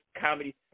comedy